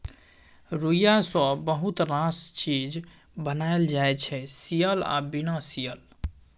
रुइया सँ बहुत रास चीज बनाएल जाइ छै सियल आ बिना सीयल